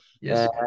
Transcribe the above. Yes